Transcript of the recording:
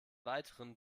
weiteren